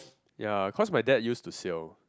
ya cause my dad used to sell